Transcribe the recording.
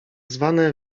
zwane